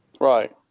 Right